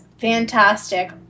fantastic